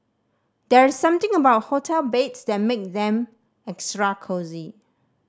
there's something about hotel beds that make them extra cosy